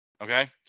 Okay